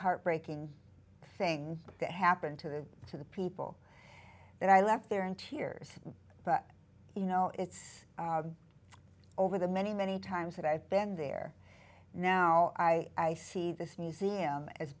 heartbreaking thing to happen to the to the people that i left there in tears but you know it's over the many many times that i've been there now i see this museum as